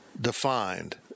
defined